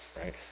right